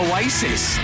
Oasis